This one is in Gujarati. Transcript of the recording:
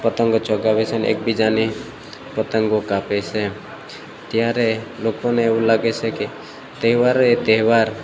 પતંગો ચગાવે છે અને એકબીજાની પતંગો કાપે છે ત્યારે લોકોને એવું લાગે છે કે તહેવાર એ તહેવાર